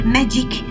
Magic